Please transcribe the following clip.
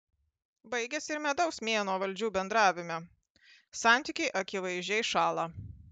baigiasi ir medaus mėnuo valdžių bendravime santykiai akivaizdžiai šąla